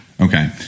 Okay